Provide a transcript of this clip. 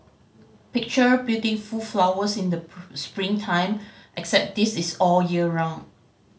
picture building full flowers in the spring time except this is all year round